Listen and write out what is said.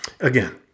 Again